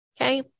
okay